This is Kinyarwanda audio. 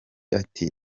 ati